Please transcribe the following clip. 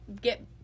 get